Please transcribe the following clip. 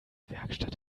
werkstatt